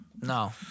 No